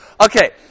Okay